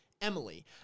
Emily